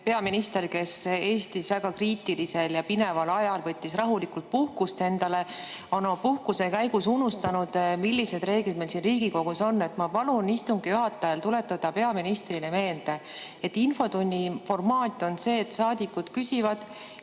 peaminister, kes Eestis väga kriitilisel ja pineval ajal võttis rahulikult puhkust, on oma puhkuse käigus unustanud, millised reeglid meil siin Riigikogus on. Ma palun istungi juhatajal tuletada peaministrile meelde, et infotunni formaat on see, et saadikud küsivad